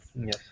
yes